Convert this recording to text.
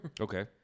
Okay